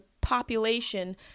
population